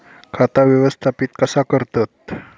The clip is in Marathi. खाता व्यवस्थापित कसा करतत?